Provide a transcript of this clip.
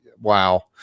wow